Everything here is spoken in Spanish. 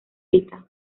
cita